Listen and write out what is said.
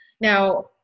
Now